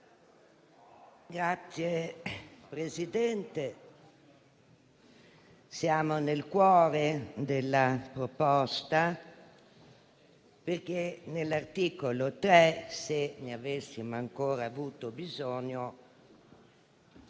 Signor Presidente, siamo nel cuore della proposta, perché nell'articolo 3, se ne avessimo ancora avuto bisogno,